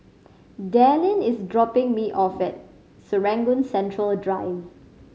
Dallin is dropping me off at Serangoon Central Drive